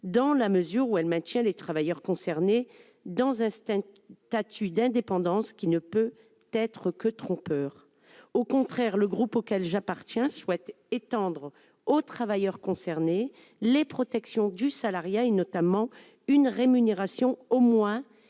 il a pour objet de maintenir les travailleurs concernés dans un statut d'indépendance qui ne peut être que trompeur. Au contraire, le groupe auquel j'appartiens souhaite étendre aux travailleurs concernés les protections du salariat, notamment une rémunération au moins égale